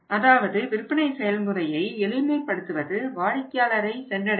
அதாவது விற்பனை செயல்முறையை எளிமைப்படுத்துவது வாடிக்கையாளரை சென்றடையும்